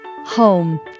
home